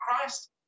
Christ